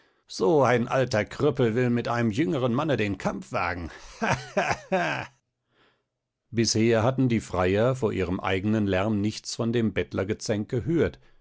so ein alter krüppel will mit einem jüngeren manne den kampf wagen ha ha ha bisher hatten die freier vor ihrem eigenen lärmen nichts von dem bettlergezänk gehört